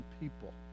people